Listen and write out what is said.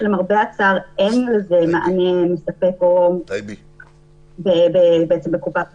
שלמרבה הצער אין לזה מענה מספק בקופת חולים,